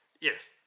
Yes